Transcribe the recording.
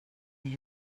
they